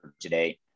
today